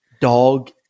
dog